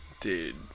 Dude